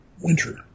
winter